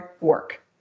work